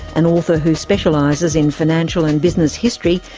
an author who specialises in financial and business history,